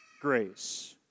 grace